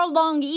long